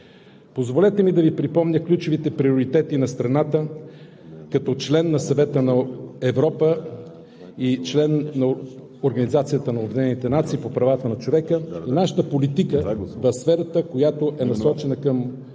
Позволете ми да Ви припомня ключовите приоритети на страната като член на Съвета на Европа и член на Организацията на обединените нации по правата на човека, нашата политика в сферата, която е насочена към